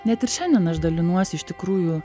net ir šiandien aš dalinuosi iš tikrųjų